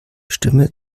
stimme